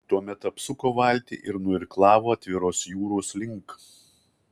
tuomet apsuko valtį ir nuirklavo atviros jūros link